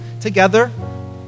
together